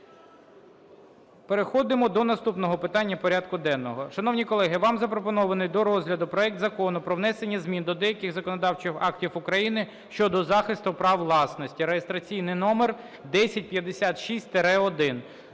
Переходимо до наступного питання порядку денного. Шановні колеги, вам запропонований до розгляду проект Закону про внесення змін до деяких законодавчих актів України щодо захисту права власності (реєстраційний номер 1056-1).